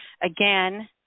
again